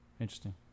Interesting